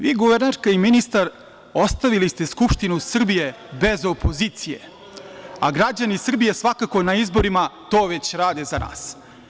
Vi guvernerka i ministar ostavili ste Skupštinu Srbije bez opozicije, a građani Srbije svakako na izborima to već rade za nas.